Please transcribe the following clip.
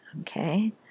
Okay